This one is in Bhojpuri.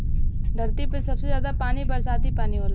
धरती पे सबसे जादा पानी बरसाती पानी होला